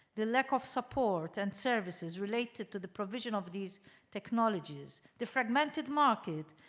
the lack of support and services related to the provision of these technologies, the fragmented market,